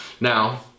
Now